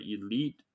elite